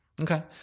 Okay